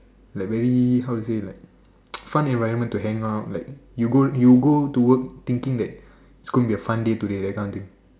like very how you say like fun environment to hang out like you go you go to work thinking that it's gonna be a fun day today that kind of thing